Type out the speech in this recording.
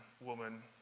woman